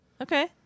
Okay